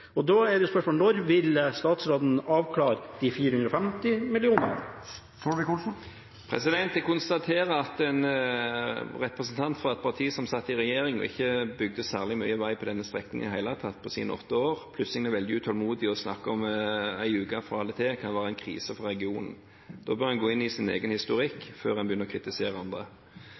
Da er spørsmålet: Når vil statsråden avklare de 450 millionene? Jeg konstaterer at en representant fra et parti som satt i regjering og ikke bygde særlig mye vei på denne strekningen i det hele tatt på sine åtte år, plutselig er veldig utålmodig og snakker om at en uke fra eller til kan være en krise for regionen. Da bør en gå inn i sin egen historikk før en begynner å kritisere andre.